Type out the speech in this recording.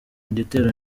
igitero